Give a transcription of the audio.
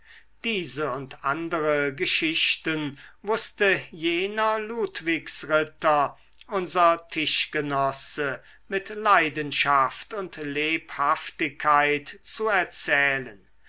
diese und andere geschichten wußte jener ludwigsritter unser tischgenosse mit leidenschaft und lebhaftigkeit zu erzählen